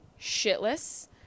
shitless